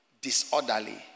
disorderly